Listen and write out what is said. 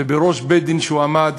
ובבית-הדין שהוא עמד